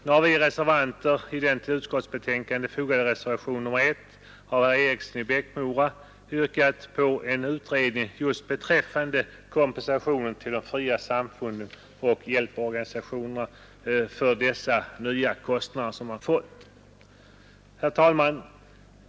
Nu har vi reservanter i den till utskottets betänkande fogade reservationen 1 av herr Eriksson i Bäckmora m.fl. yrkat på en utredning just beträffande kompensation till fria samfund och hjälporganisationer för dessa nya kostnader som de åsamkats.